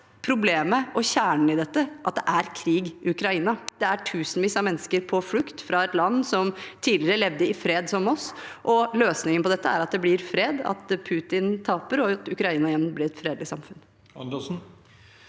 Problemet og kjernen i dette er at det er krig i Ukraina. Det er tusenvis av mennesker på flukt fra et land som tidligere levde i fred, som oss, og løsningen på dette er at det blir fred, at Putin taper, og at Ukraina igjen blir et fredelig samfunn.